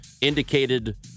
indicated